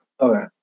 Okay